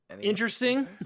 Interesting